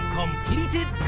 completed